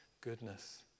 goodness